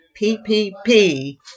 PPP